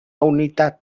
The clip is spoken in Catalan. unitat